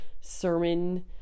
sermon